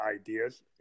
ideas